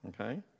Okay